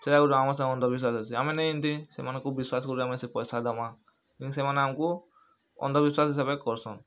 ସେଟା ଗୁଟେ ଆମର୍ ସାଙ୍ଗେ ଅନ୍ଧ ବିଶ୍ୱାସ୍ ହେସି ଆମେ ନେଇ ଜାନିଥାଇ ସେମାନ୍ଙ୍କୁ ବିଶ୍ୱାସ କରି କରି ସେ ପାଏସା ଦେମା ଲେକିନ୍ ସେମାନେ ଆମ୍କୁ ଅନ୍ଧ ବିଶ୍ୱାସ୍ ହିସାବେ କର୍ସନ୍